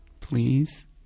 Please